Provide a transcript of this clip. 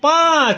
পাঁচ